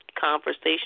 conversation